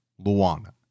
Luana